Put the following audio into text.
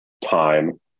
time